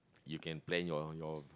you can plan your your